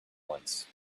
once